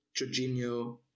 Jorginho